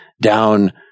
down